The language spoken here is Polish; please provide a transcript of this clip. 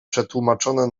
przetłumaczone